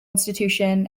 institution